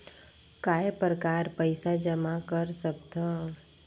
काय प्रकार पईसा जमा कर सकथव?